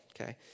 okay